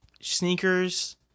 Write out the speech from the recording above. sneakers